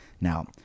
Now